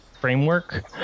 framework